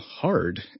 hard